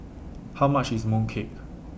How much IS Mooncake